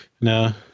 No